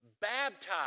Baptized